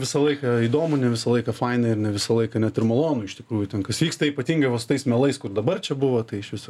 visą laiką įdomu ne visą laiką faina ir ne visą laiką net ir malonu iš tikrųjų ten kas vyksta ypatingai va su tais melais kur dabar čia buvo tai iš viso